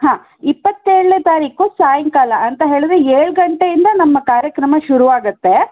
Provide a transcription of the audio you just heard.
ಹಾಂ ಇಪ್ಪತ್ತೇಳನೇ ತಾರೀಖು ಸಾಯಂಕಾಲ ಅಂತ ಹೇಳಿದರೆ ಏಳು ಗಂಟೆಯಿಂದ ನಮ್ಮ ಕಾರ್ಯಕ್ರಮ ಶುರು ಆಗುತ್ತೆ